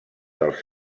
dels